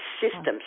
systems